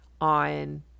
on